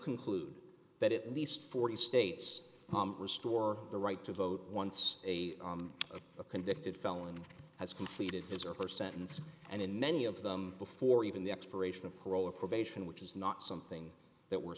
conclude that it at least forty states restore the right to vote once a convicted felon has completed his or her sentence and in many of them before even the expiration of parole or probation which is not something that we're